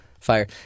fire